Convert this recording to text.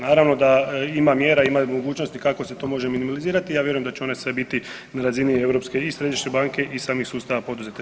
Naravno da ima mjera i ima i mogućnosti kako se to može minimizirati, ja vjerujem da će one sve biti na razini europske i Središnje banke i samih sustava poduzetništva.